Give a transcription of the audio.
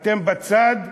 אתם בצד ה"לא".